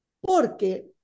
porque